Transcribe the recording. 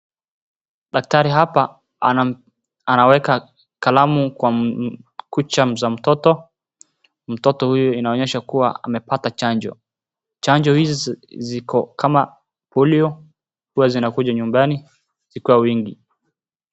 Daktari hapa anaweka kalamu kwa kucha za mtoto. Mtoto huyu inaonyesha kuwa amepata chanjo. Chanjo hizi ziko kama polio huwa zinakuja nyumbani zikiwa wingi.